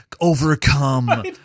overcome